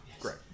great